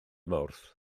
mawrth